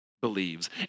believes